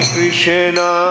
Krishna